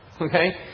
Okay